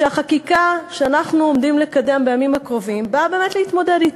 שהחקיקה שאנחנו עומדים לקדם בימים הקרובים באה באמת להתמודד אתן.